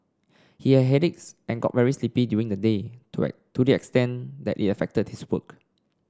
he had headaches and got very sleepy during the day to the extent that it affected his work